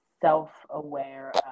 self-aware